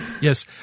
yes